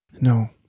No